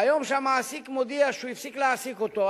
ביום שהמעסיק מודיע שהוא הפסיק להעסיק אותו,